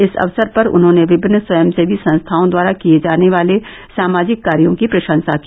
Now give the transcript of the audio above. इस अवसर पर उन्होंने विभिन्न स्वयंसेवी संस्थाओं द्वारा किये जाने वाले सामाजिक कार्यों की प्रशंसा की